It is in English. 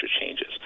changes